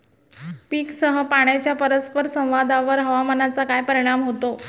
पीकसह पाण्याच्या परस्पर संवादावर हवामानाचा काय परिणाम होतो?